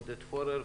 עודד פורר,